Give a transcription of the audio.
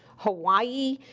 hawaii,